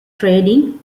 trading